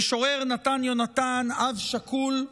המשורר נתן יונתן, אב שכול,